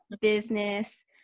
business